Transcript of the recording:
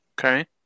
Okay